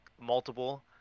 multiple